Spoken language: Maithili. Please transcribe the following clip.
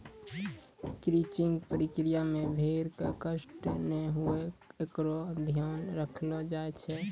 क्रचिंग प्रक्रिया मे भेड़ क कष्ट नै हुये एकरो ध्यान रखलो जाय छै